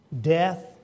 Death